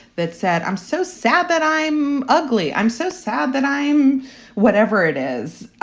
that said, i'm so sad that i'm ugly. i'm so sad that i'm whatever it is,